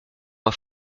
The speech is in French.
moi